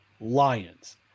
Lions